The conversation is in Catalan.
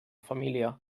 família